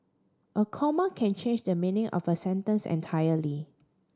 a comma can change the meaning of a sentence entirely